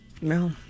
No